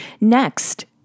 Next